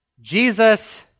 Jesus